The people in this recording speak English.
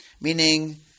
meaning